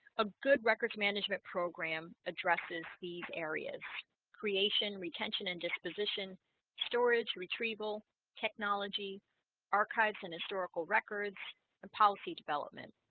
a good records management program addresses these areas creation retention and disposition storage retrieval technology archives and historical records and policy development